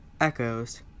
echoes